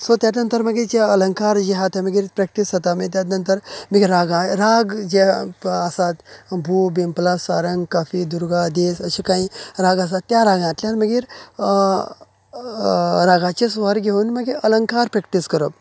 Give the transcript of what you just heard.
so त्याज् नंतर मागीर जे अलंकार जी आसा ते मागीर प्रॅक्टीस जाता मागीर त्याज्या नंतर मागी् रागाय राग जे आसात भू बिंपला सारंग काफी दुर्गा देल अशी कायी राग आसा त्या रागाचेर माईर रागाचेर सुवार घेवन मागी अलंकार प्रॅक्टीस करप